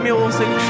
Music